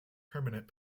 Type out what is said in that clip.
permanent